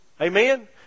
Amen